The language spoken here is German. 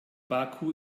baku